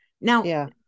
Now